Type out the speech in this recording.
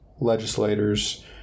legislators